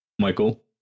Michael